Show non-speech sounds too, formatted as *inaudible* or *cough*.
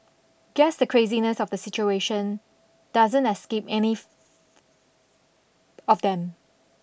guess the craziness of the situation doesn't escape any *noise* of them